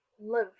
Live